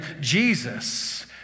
Jesus